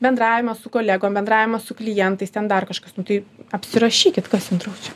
bendravimas su kolegom bendravimas su klientais ten dar kažkas nu tai apsirašykit kas jum draudžia